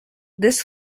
this